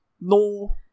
No